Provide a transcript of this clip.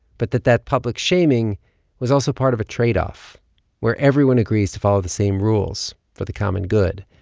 but that that public shaming was also part of a tradeoff where everyone agrees to follow the same rules for the common good.